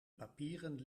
papieren